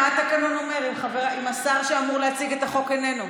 מה התקנון אומר אם השר שאמור להציג את החוק איננו?